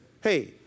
hey